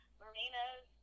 marinas